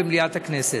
במליאת הכנסת.